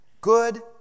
good